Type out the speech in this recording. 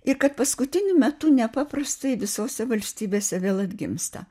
ir kad paskutiniu metu nepaprastai visose valstybėse vėl atgimsta